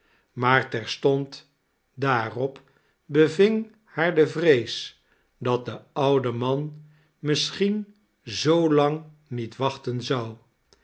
maar terstond daarop beving haar de vrees dat de oude man misschien zoolang niet wachten zou